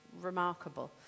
remarkable